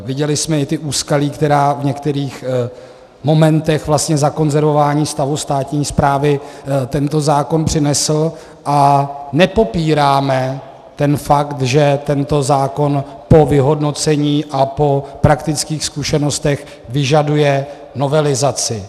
Viděli jsme i ta úskalí, která v některých momentech vlastně zakonzervování stavu státní správy tento zákon přinesl, a nepopíráme ten fakt, že tento zákon po vyhodnocení a po praktických zkušenostech vyžaduje novelizaci.